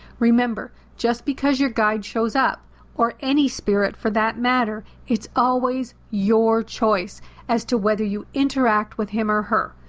remember, just because your guide shows up or any spirit for that matter, it's always your choice as to whether you interact with him or her.